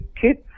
kids